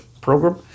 Program